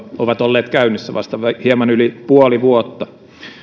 ovat olleet käynnissä vasta hieman yli puoli vuotta